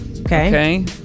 Okay